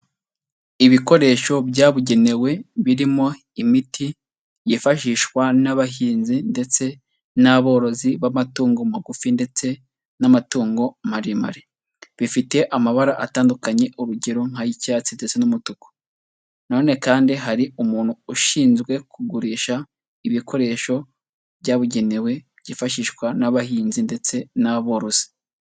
Ibikoresho byabugenewe birimo imiti yifashishwa n'abahinzi ndetse n'aborozi b'amatungo magufi ndetse n'amatungo maremare, bifite amabara atandukanye urugero nk'ay'icyatsi ndetse n'umutuku, na none kandi hari umuntu ushinzwe kugurisha ibikoresho byabugenewe byifashishwa n'abahinzi ndetse n'aborozi.